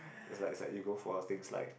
is like is like you go for a things like